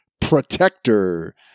Protector